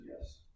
yes